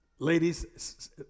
Ladies